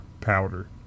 powder